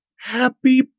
happy